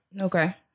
Okay